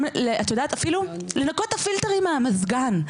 לנקות את הפילטרים מהמזגן,